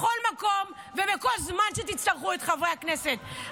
בכל מקום ובכל זמן שתצטרכו את חברי הכנסת,